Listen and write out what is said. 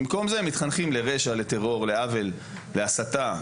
במקום זה הם מתחנכים לרשע, לטרור, לעוול, להסתה.